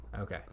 okay